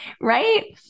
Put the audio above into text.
right